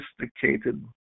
sophisticated